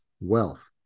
Wealth